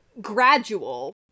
gradual